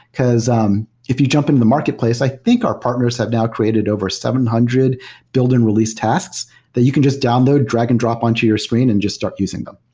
because um if you jump into the marketplace i think our partners have now created over seven hundred building build and release tasks that you can just download, drag and drop onto your screen and just start using them.